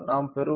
நாம் பெறுவது 5